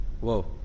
Whoa